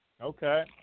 Okay